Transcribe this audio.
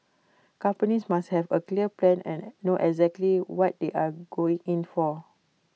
companies must have A clear plan and know exactly what they are going in for